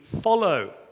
follow